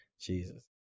Jesus